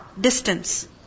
distance